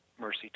mercy